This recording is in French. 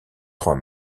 trois